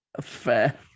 Fair